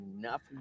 enough